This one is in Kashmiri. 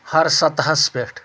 ہر سطحس پٮ۪ٹھ